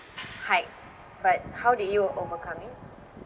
hide but how did you overcome it